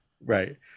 Right